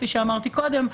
כפי שאמרתי קודם,